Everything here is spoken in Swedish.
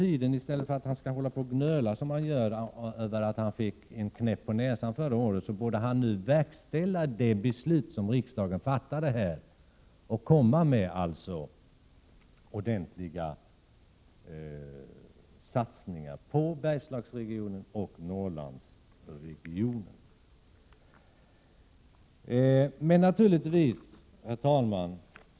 I stället för att gnöla över att han fick en knäpp på näsan förra året är det på tiden att industriministern nu verkställer det beslut som riksdagen fattade och som innebar genomgripande satsningar på Bergslagsregionen och Norrlandsregionen. Herr talman!